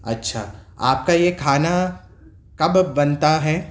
اچھا آپ کا یہ کھانا کب بنتا ہے